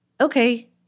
okay